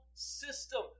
system